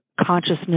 consciousness